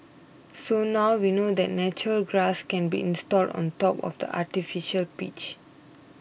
so now we know that natural grass can be installed on top of the artificial pitch